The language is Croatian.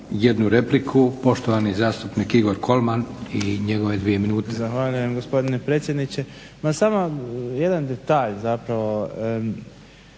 jednu repliku, poštovani zastupnik Igor Kolman i njegove 2 minute. **Kolman, Igor (HNS)** Zahvaljujem gospodine predsjedniče. Ma samo jedan detalj zapravo,